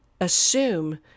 assume